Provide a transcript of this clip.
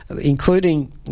including